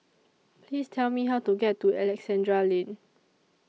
Please Tell Me How to get to Alexandra Lane